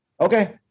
okay